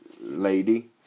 lady